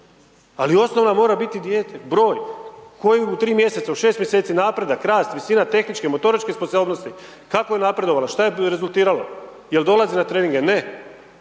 ali osnovna mora biti dijete, broj, koji u 3 mjeseca, 6 mjeseci napredak, rast, visina tehničke i motoričke sposobnosti, kako je napredovala, šta je rezultiralo, je li dolazi na treninge, ne.